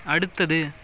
அடுத்தது